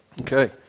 Okay